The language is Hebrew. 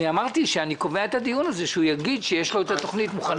אמרתי שאני אקבע את הדיון הזה כשהוא יגיד שיש לו תכנית מוכנה.